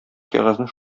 кәгазьне